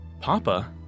Papa